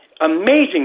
Amazing